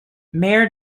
mayor